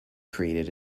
created